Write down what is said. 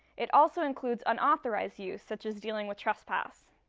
it also includes unauthorized use such as dealing with trespass.